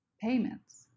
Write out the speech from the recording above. payments